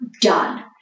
done